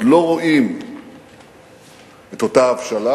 לא רואים את אותה הבשלה,